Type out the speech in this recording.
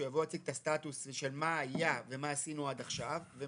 שיבוא להציג את הסטטוס של מה היה ומה עשינו עד עכשיו מה,